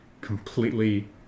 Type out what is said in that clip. completely